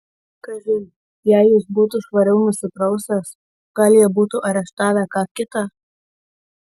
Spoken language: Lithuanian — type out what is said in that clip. kažin jei jis būtų švariau nusiprausęs gal jie būtų areštavę ką kitą